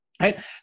right